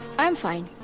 i am fine.